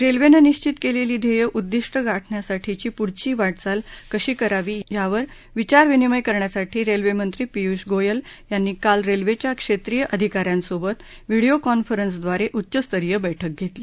रेल्वेनं निश्वित केलली ध्येय उद्दीष्ट गाठण्यासाठीची पुढची वाटचाल कशी करावी यावर विचारविनिमय करण्यासाठी रेल्वेमंत्री पियुष गोयल यांनी काल रेल्वेच्या क्षेत्रिय अधिकाऱ्यांसोबत व्हिडिओ कॉन्फरन्सद्वारे उच्चस्तरीय बैठक घेतली